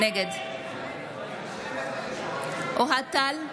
נגד אוהד טל,